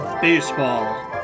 Baseball